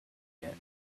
yet